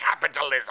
capitalism